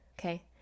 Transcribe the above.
okay